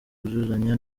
kuzuzanya